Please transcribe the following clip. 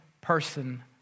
person